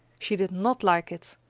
she did not like it.